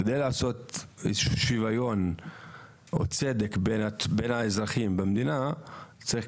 כדי לעשות שוויון או צדק בין האזרחים במדינה צריך